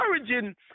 encouraging